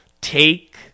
take